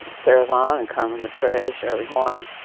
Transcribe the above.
sarah vaughan and carmen mcrae, shirley horn,